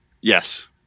Yes